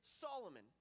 Solomon